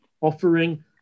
offering